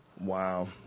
Wow